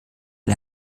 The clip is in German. der